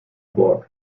borg